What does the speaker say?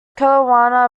kelowna